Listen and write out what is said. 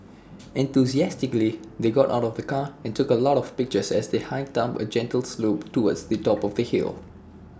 enthusiastically they got out of the car and took A lot of pictures as they hiked up A gentle slope towards the top of the hill